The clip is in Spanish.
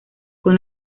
con